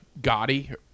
Gotti